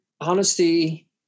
honesty